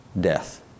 death